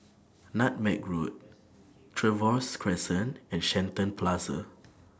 Nutmeg Road Trevose Crescent and Shenton Plaza